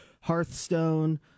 Hearthstone